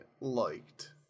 liked